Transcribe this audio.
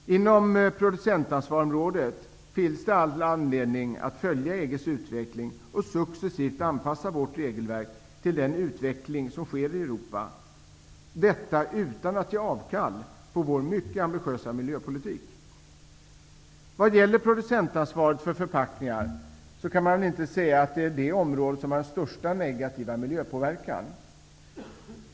Inom området för producentansvar finns det all anledning att följa utvecklingen inom EG och successivt anpassa vårt regelverk till den utveckling som sker i Europa. Detta måste ske utan att ge avkall på vår mycket ambitiösa miljöpolitik. Vad gäller producentansvaret för förpackningar kan man inte säga att det området har den största negativa miljöpåverkan.